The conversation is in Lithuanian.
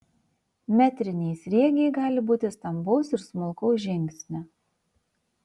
metriniai sriegiai gali būti stambaus ir smulkaus žingsnio